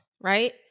right